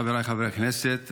חבריי חברי הכנסת,